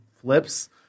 flips